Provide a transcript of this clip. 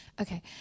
Okay